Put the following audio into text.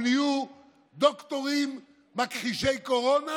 הם נהיו דוקטורים מכחישי קורונה,